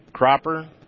Cropper